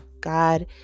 God